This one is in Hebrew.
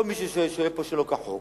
כל מי ששוהה פה שלא כחוק,